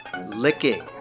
Licking